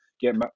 get